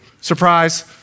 Surprise